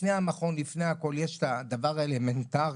לפני המכון ולפני הכל יש את הדבר האלמנטרי,